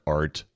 art